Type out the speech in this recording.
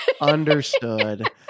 Understood